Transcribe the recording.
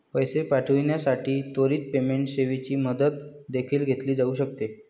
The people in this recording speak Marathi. पैसे पाठविण्यासाठी त्वरित पेमेंट सेवेची मदत देखील घेतली जाऊ शकते